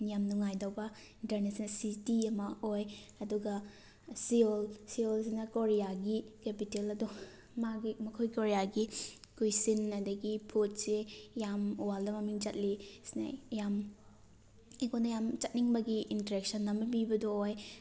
ꯌꯥꯝ ꯅꯨꯡꯉꯥꯏꯗꯧꯕ international city ꯑꯃ ꯑꯣꯏ ꯑꯗꯨꯒ ꯁꯤꯌꯣꯜ ꯁꯤꯌꯣꯜꯁꯤꯅ ꯀꯣꯔꯤꯌꯥꯒꯤ ꯀꯦꯄꯤꯇꯦꯜ ꯑꯗꯣ ꯃꯥꯒꯤ ꯃꯈꯣꯏ ꯀꯣꯔꯤꯌꯥꯒꯤ ꯀꯨꯏꯁꯤꯟ ꯑꯗꯒꯤ ꯐꯨꯗꯁꯦ ꯌꯥꯝ ꯋꯥꯔꯜꯗ ꯃꯃꯤꯡ ꯆꯠꯂꯤ ꯌꯥꯝ ꯑꯩꯉꯣꯟꯗ ꯌꯥꯝ ꯆꯠꯅꯤꯡꯕꯒꯤ ꯏꯟꯇꯔꯦꯛꯁꯟ ꯑꯃ ꯄꯤꯕꯗꯣ ꯑꯣꯏ